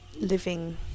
living